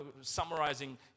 summarizing